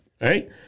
Right